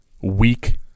weak